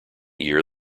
year